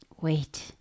Wait